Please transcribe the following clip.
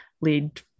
lead